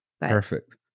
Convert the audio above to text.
Perfect